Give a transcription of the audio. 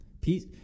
Peace